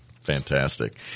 Fantastic